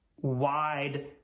wide